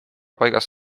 paigas